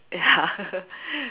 ya